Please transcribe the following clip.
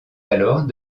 alors